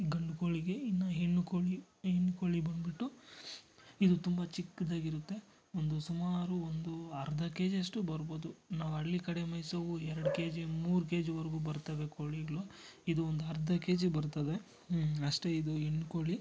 ಗಂಡು ಕೋಳಿಗೆ ಇನ್ನು ಹೆಣ್ಣು ಕೋಳಿ ಹೆಣ್ ಕೋಳಿ ಬನ್ಬಿಟ್ಟು ಇದು ತುಂಬ ಚಿಕ್ಕದಾಗಿರುತ್ತೆ ಒಂದು ಸುಮಾರು ಒಂದು ಅರ್ಧ ಕೆ ಜಿಯಷ್ಟು ಬರ್ಬೋದು ನಾವು ಹಳ್ಳಿ ಕಡೆ ಮೇಯ್ಸೋವು ಎರಡು ಕೆಜಿ ಮೂಕು ಕೆ ಜಿವರ್ಗೂ ಬರ್ತವೆ ಕೋಳಿಗಳು ಇದು ಒಂದು ಅರ್ಧ ಕೆಜಿ ಬರುತ್ತದೆ ಹ್ಞೂ ಅಷ್ಟೇ ಇದು ಹೆಣ್ ಕೋಳಿ